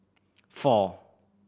four